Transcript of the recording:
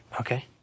Okay